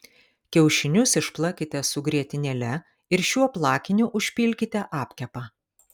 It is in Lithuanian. kiaušinius išplakite su grietinėle ir šiuo plakiniu užpilkite apkepą